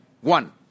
One